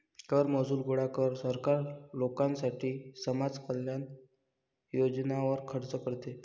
कर महसूल गोळा कर, सरकार लोकांसाठी समाज कल्याण योजनांवर खर्च करते